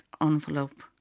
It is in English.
envelope